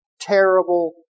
terrible